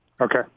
Okay